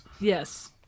yes